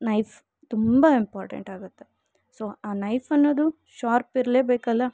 knife ತುಂಬ ಇಂಪಾರ್ಟೆಂಟಾಗುತ್ತೆ so ಆ ನೈಫ್ ಅನ್ನೋದು ಶಾರ್ಪ್ ಇರಲೇಬೇಕಲ್ಲ